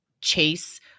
chase